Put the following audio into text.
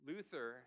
Luther